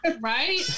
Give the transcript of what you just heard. right